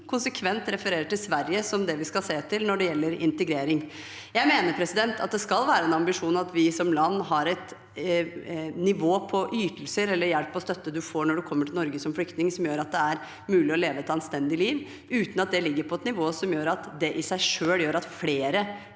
konsekvent til Sverige som dem vi skal se til når det gjelder integrering. Det skal være en ambisjon at vi som land har et nivå på ytelser og hjelp og støtte man får når man kommer til Norge som flyktning, som gjør at det er mulig å leve et anstendig liv, uten at det ligger på et nivå som gjør at det i seg selv gjør at flere